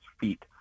feet